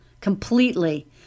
completely